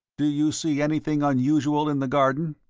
do you see anything unusual in the garden?